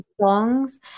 songs